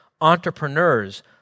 Entrepreneurs